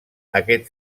aquest